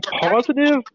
positive